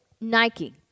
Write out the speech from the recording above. Nike